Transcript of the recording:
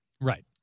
right